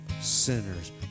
sinners